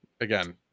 again